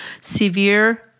severe